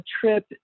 trip